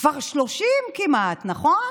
כבר כמעט 30, נכון?